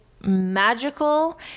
magical